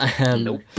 Nope